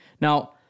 Now